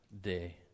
day